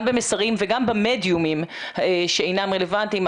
גם במסרים וגם במדיומים שאינם רלוונטיים.